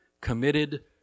committed